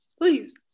please